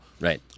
right